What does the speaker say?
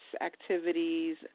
activities